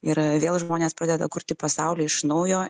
ir vėl žmonės pradeda kurti pasaulį iš naujo